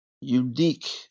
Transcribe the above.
unique